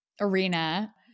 arena